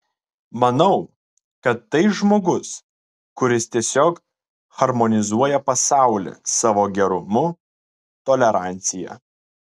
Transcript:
manau kad tai žmogus kuris tiesiog harmonizuoja pasaulį savo gerumu tolerancija